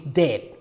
dead